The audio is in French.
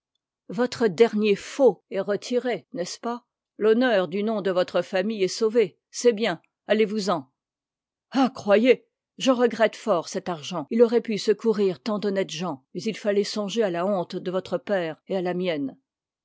votre dernier faux est retiré n'est-ce pas l'honneur du nom de votre famille est sauvé c'est bien allez-vous-en ah croyez je regrette fort cet argent il aurait pu secourir tant d'honnêtes gens mais il fallait songer à la honte de votre père et à la mienne